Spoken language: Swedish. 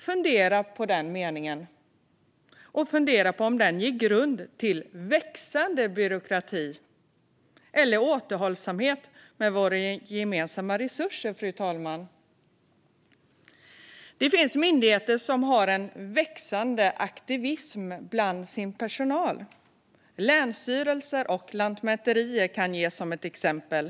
Fundera på den meningen, fru talman, och fundera på om den ger grund för växande byråkrati eller återhållsamhet med våra gemensamma resurser. Det finns myndigheter som har en växande aktivism bland sin personal - länsstyrelser och lantmäterier kan ges som exempel.